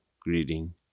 greeting